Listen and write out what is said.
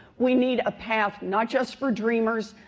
we need a path not just for dreamers,